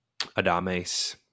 Adames